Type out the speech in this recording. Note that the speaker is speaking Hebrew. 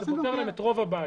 זה פותר להם את רוב הבעיה.